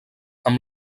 amb